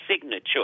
signature